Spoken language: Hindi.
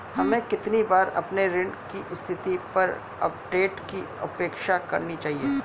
हमें कितनी बार अपने ऋण की स्थिति पर अपडेट की अपेक्षा करनी चाहिए?